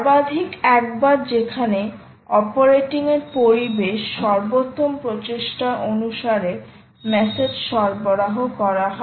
সর্বাধিক একবার যেখানে অপারেটিংয়ের পরিবেশ সর্বোত্তম প্রচেষ্টা অনুসারে মেসেজ সরবরাহ করা হয়